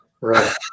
Right